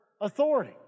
authority